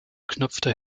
knüpfte